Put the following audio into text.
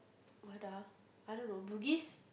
what ah I don't know bugis